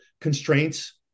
constraints